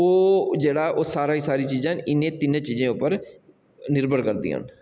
ओह् जेह्ड़ा ओह् सारी सारी चीजां इ'नें तिन्नें चीजें उप्पर निर्भर करदियां न